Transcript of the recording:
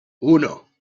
uno